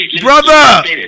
brother